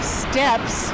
steps